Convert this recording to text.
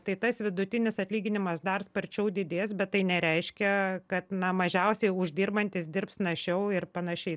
tai tas vidutinis atlyginimas dar sparčiau didės bet tai nereiškia kad na mažiausiai uždirbantys dirbs našiau ir panašiai